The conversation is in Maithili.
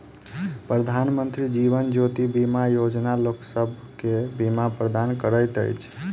प्रधानमंत्री जीवन ज्योति बीमा योजना लोकसभ के बीमा प्रदान करैत अछि